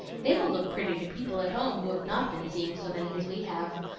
they will look pretty to people at home who have not been seeing so many as we have.